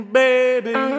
baby